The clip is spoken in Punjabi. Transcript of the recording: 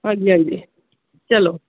ਹਾਂਜੀ ਹਾਂਜੀ ਚਲੋ